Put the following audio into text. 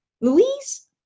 Louise